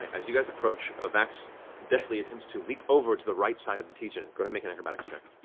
as you guys approach, ah vax deftly attempts to leap over to the right side of the t-junction. make an acrobatics check.